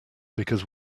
because